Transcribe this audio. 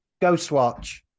Ghostwatch